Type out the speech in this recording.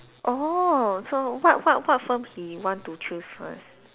oh so what what what firm he want to choose first